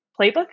playbook